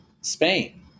Spain